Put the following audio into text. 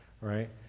right